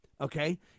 okay